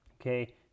okay